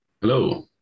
hello